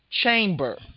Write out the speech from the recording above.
chamber